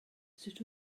sut